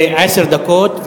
עשר דקות,